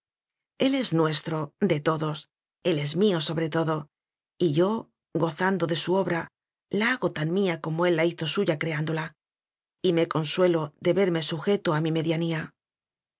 el es nuestro de todos él es mío sobre todo y yo gozando su obra la hago tan mía como él la hizo suya creándola y me consuelo de verme sujeto a mi medianía